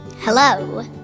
Hello